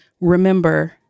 remember